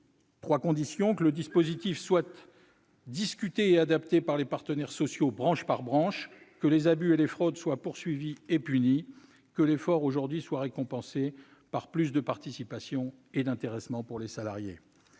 trois conditions : il faut que le dispositif soit discuté et adapté par les partenaires sociaux, branche par branche, que les abus et les fraudes soient poursuivis et punis et que l'effort consenti aujourd'hui soit récompensé par plus de participation et d'intéressement pour les salariés.